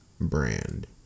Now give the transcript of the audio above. brand